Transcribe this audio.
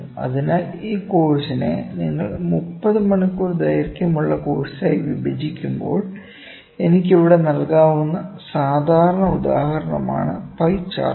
അതിനാൽ ഈ കോഴ്സിനെ നിങ്ങൾ 30 മണിക്കൂർ ദൈർഘ്യമുള്ള കോഴ്സായി വിഭജിക്കുമ്പോൾ എനിക്ക് ഇവിടെ നൽകാവുന്ന സാധാരണ ഉദാഹരണമാണ് പൈ ചാർട്ടുകൾ